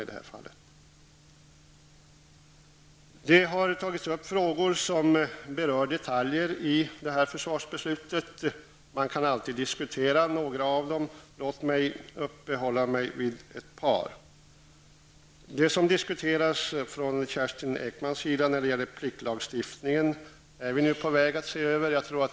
Vidare ställdes frågor som rör detaljer i försvarsbeslutet. Man kan alltid diskutera några av dem. Låt mig uppehålla mig vid ett par av dem. Kerstin Ekman diskuterade pliktlagstiftningen. Vi är nu på väg att se över frågan.